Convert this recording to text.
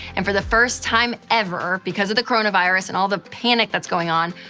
and for the first time ever, because of the coronavirus and all the panic that's going on,